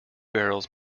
barrels